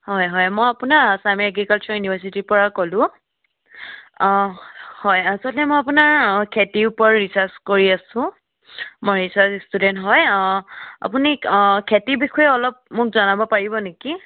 হয় হয় মই আপোনাৰ আছাম এগ্ৰিকালচাৰ ইউনিভাৰ্চিটিৰ পৰা ক'লোঁ অঁ হয় আচলতে মই আপোনাৰ খেতিৰ ওপৰত ৰিছাৰ্চ কৰি আছোঁ মই ৰিছাৰ্চ ষ্টুডেণ্ট হয় অঁ আপুনি অঁ খেতিৰ বিষয়ে অলপ মোক জনাব পাৰিব নেকি